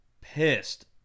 pissed